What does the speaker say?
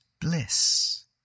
bliss